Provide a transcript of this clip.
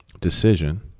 decision